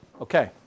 Okay